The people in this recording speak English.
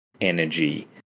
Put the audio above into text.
energy